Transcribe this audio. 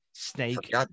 Snake